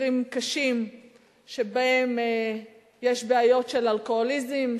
מקרים קשים שבהם יש בעיות של אלכוהוליזם,